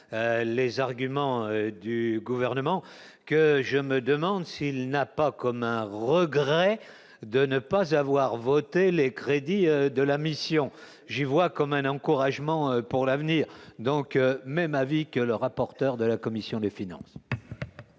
les arguments du gouvernement que je me demande s'il n'a pas comme avant, regret de ne pas avoir voté les crédits de la mission, j'y vois comme un encouragement pour l'avenir, donc même avis que le rapporteur de la commission des finances.